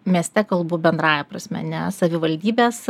mieste kalbu bendrąja prasme ne savivaldybės